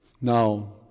Now